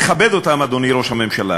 לתפוס מנהיגות,